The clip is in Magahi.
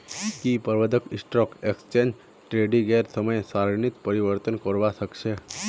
की प्रबंधक स्टॉक एक्सचेंज ट्रेडिंगेर समय सारणीत परिवर्तन करवा सके छी